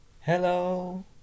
Hello